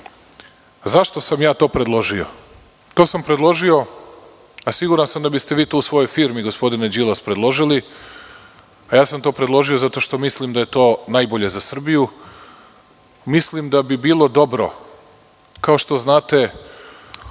itd.Zašto sam ja to predložio? To sam predložio, a siguran sam da biste vi to u svojoj firmi, gospodine Đilas, predložili, a ja sam to predložio zato što mislim da je to najbolje za Srbiju. Mislim da bi bilo dobro. Kao što znate,